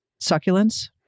succulents